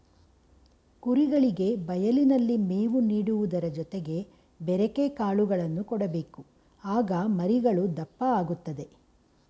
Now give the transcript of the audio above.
ಕುರಿಗಳಿಗೆ ಬಯಲಿನಲ್ಲಿ ಮೇವು ನೀಡುವುದರ ಜೊತೆಗೆ ಬೆರೆಕೆ ಕಾಳುಗಳನ್ನು ಕೊಡಬೇಕು ಆಗ ಮರಿಗಳು ದಪ್ಪ ಆಗುತ್ತದೆ